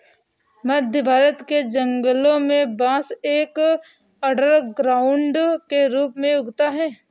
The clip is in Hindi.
मध्य भारत के जंगलों में बांस एक अंडरग्राउंड के रूप में उगता है